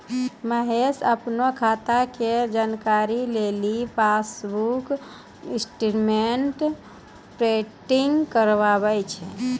महेश अपनो खाता के जानकारी लेली पासबुक स्टेटमेंट प्रिंटिंग कराबै छै